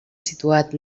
situat